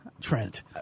Trent